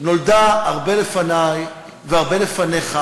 נולדה הרבה לפני והרבה לפניך,